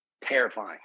terrifying